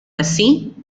así